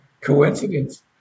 Coincidence